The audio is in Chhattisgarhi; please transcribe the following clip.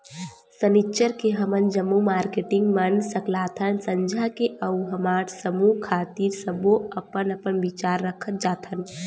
सनिच्चर के हमन जम्मो मारकेटिंग मन सकलाथन संझा के अउ हमर समूह खातिर सब्बो अपन अपन बिचार रखत जाथन